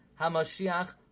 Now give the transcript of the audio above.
HaMashiach